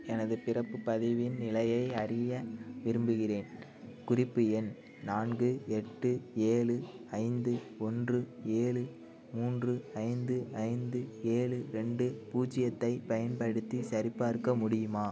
எனது பிறப்புப் பதிவின் நிலையை அறிய விரும்புகின்றேன் குறிப்பு எண் நான்கு எட்டு ஏழு ஐந்து ஒன்று ஏழு மூன்று ஐந்து ஐந்து ஏழு ரெண்டு பூஜ்ஜியத்தைப் பயன்படுத்தி சரிபார்க்க முடியுமா